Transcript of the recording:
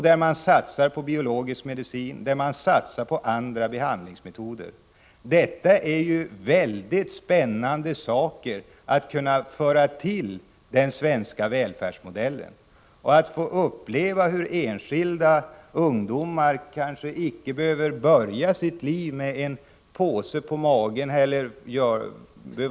Där tillämpas biologisk medicin och satsas på andra alternativa behandlingsmetoder. Det är värdefulla tillgångar och erfarenheter, som kan föras till den etablerade sjukvården. Kanske ungdomar med ulcerös colit slipper att börja sitt liv med en påse på magen.